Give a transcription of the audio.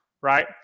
right